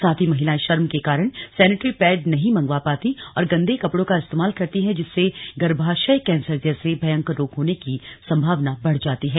साथ ही महिलाएं शर्म के कारण सैनिट्री पैड नहीं मंगवा पाती और गंदे कपड़ों का इस्तेमाल करती हैं जिससे गर्भाशय कैंसर जैसे भयंकर रोग होने की संभावना बढ़ जाती है